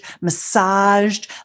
massaged